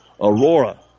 Aurora